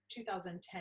2010